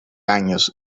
años